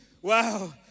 Wow